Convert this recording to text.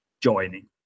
joining